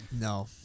No